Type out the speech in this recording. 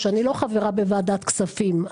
שאני לא חברה בוועדת כספים.